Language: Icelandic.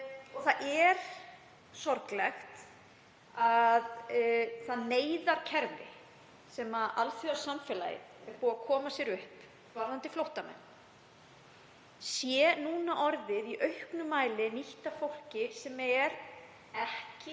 Það er sorglegt að það neyðarkerfi sem alþjóðasamfélagið er búið að koma sér upp varðandi flóttamenn sé núorðið í auknum mæli nýtt af fólki sem er ekki